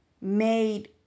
made